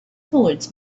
towards